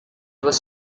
was